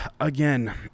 Again